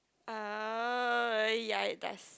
oh ya it does